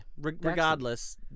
regardless